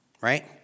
right